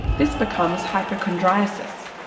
this becomes hypochondriasis.